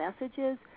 messages